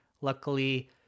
Luckily